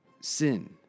Sin